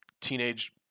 teenage